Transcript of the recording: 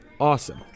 Awesome